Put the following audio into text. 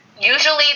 Usually